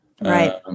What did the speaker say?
right